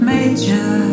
Major